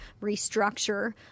restructure